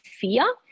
fear